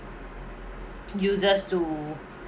uses to